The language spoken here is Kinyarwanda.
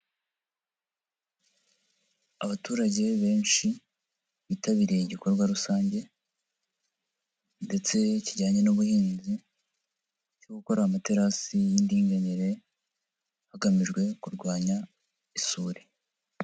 Abaturage benshi bitabiriye igikorwa rusange, ndetse kijyanye n'ubuhinzi cyo gukora amaterasi y'indinganire, hagamijwe kurwanya isuri.